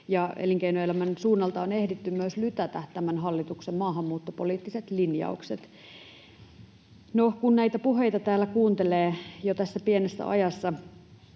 elinkeinoelämän suunnalta on ehditty myös lytätä tämän hallituksen maahanmuuttopoliittiset linjaukset. No, jo tässä pienessä ajassa,